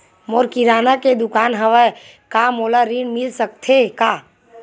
मोर किराना के दुकान हवय का मोला ऋण मिल सकथे का?